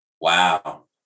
Wow